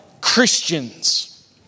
Christians